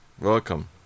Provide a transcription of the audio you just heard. Welcome